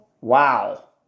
Wow